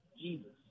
Jesus